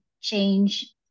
change